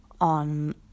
on